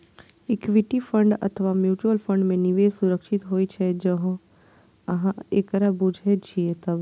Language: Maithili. इक्विटी फंड अथवा म्यूचुअल फंड मे निवेश सुरक्षित होइ छै, जौं अहां एकरा बूझे छियै तब